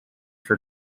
for